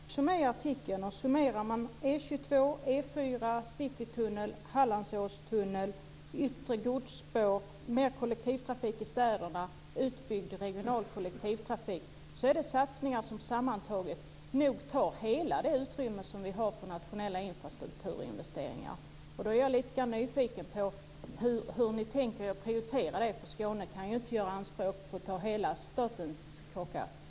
Fru talman! Det har ni också med i artikeln. Summerar man satsningarna på E 22, E 4, Citytunneln, Hallandsåstunneln, yttre godsspår, mer kollektivtrafik i städerna, utbyggd regional kollektivtrafik är det satsningar som sammantaget nog tar hela det utrymme vi har för nationella infrastrukturinvesteringar. Då är jag lite grann nyfiken på hur ni tänker er att prioritera det. Skåne kan ju inte ta hela statens kaka i anspråk.